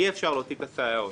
אי אפשר להוציא את הסייעות.